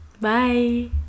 Bye